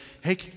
Hey